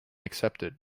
accepted